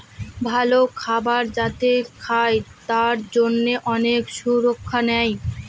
ভালো খাবার যাতে খায় তার জন্যে অনেক সুরক্ষা নেয়